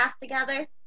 together